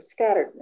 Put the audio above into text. scatteredness